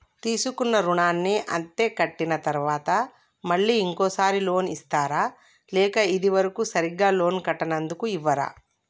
తీసుకున్న రుణాన్ని అత్తే కట్టిన తరువాత మళ్ళా ఇంకో సారి లోన్ ఇస్తారా లేక ఇది వరకు సరిగ్గా లోన్ కట్టనందుకు ఇవ్వరా?